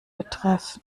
betreff